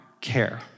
care